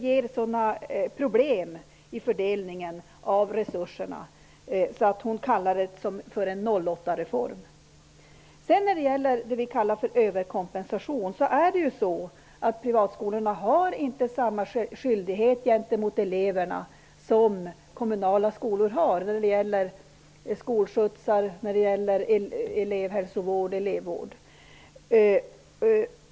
Det blir sådana problem i fördelningen av resurserna att hon kallade detta för en 08 När det gäller överkompensation har privatskolorna inte samma skyldighet gentemot eleverna som kommunala skolor har att ordna skolskjutsar, elevhälsovård och elevvård.